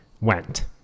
went